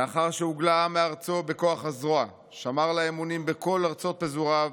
"לאחר שהוגלה העם מארצו בכוח הזרוע שמר לה אמונים בכל ארצות פזוריו,